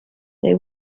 they